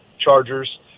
Chargers